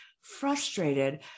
frustrated